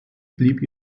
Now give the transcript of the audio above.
blieb